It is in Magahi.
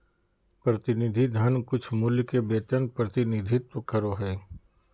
प्रतिनिधि धन कुछमूल्य के वेतन प्रतिनिधित्व करो हइ